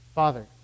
Father